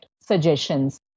suggestions